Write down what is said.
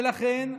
ולכן,